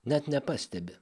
net nepastebi